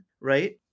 right